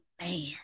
man